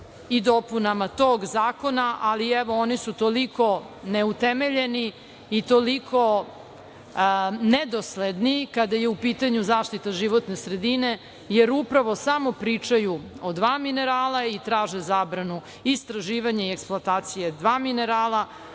i dopunama toga zakona, ali evo, oni su toliko neutemeljeni i toliko nedosledni kada je u pitanju zaštita životne sredine, jer upravo samo pričaju o dva minerala i traže zabranu istraživanja i eksploatacije dva minerala.